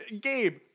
Gabe